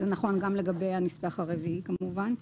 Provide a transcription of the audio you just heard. זה נכון גם לגבי הנספח הרביעי כמובן.